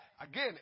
again